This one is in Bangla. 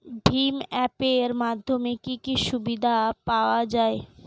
ভিম অ্যাপ এর মাধ্যমে কি কি সুবিধা পাওয়া যায়?